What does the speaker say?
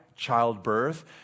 Childbirth